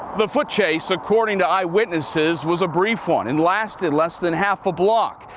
the foot chase according to eyewitnesses was a brief one and lasted less than half a block.